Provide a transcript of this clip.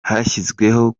hashyizweho